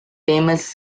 famous